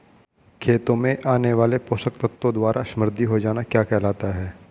खेतों में आने वाले पोषक तत्वों द्वारा समृद्धि हो जाना क्या कहलाता है?